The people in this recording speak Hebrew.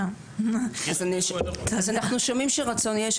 אז אנחנו שומעים שרצון יש.